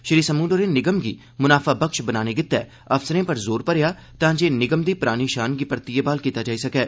श्री समून होरें निगम गी मुनाफाबक्श बनाने गित्तै अफसरें पर जोर मरेआ तां जे निगम दी परानी शान गी परतियै बहाल कीता जाई सकै